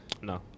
No